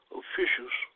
officials